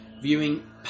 viewing